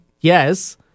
Yes